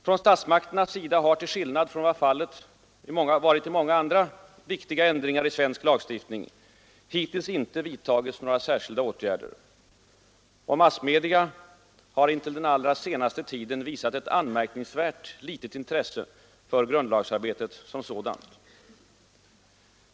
Från statsmakternas sida har, till skillnad från vad fallet varit vid många andra viktiga ändringar i svensk lagstiftning, hittills icke vidtagits några särskilda åtgärder. Och massmedia har intill den allra senaste tiden visat ett anmärkningsvärt litet intresse för grundlagsarbetet som sådant.